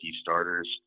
starters